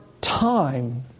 time